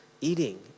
eating